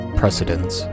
precedence